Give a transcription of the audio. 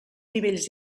nivells